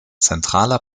zentraler